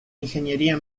ingeniería